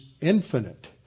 infinite